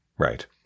Right